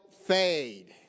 fade